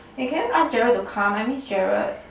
eh can you ask Gerald to come I miss Gerald